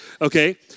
Okay